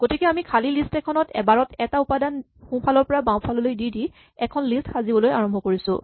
গতিকে আমি খালী লিষ্ট এখনত এবাৰত এটা উপাদান সোঁফালৰ পৰা বাওঁফাললৈ দি দি এখন লিষ্ট সাজিবলৈ আৰম্ভ কৰিছোঁ